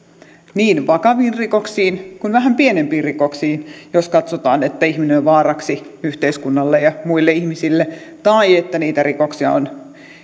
niin vakaviin rikoksiin kuin vähän pienempiin rikoksiin jos katsotaan että ihminen on vaaraksi yhteiskunnalle ja muille ihmisille tai että niitä rikoksia on